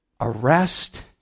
arrest